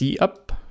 up